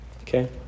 Okay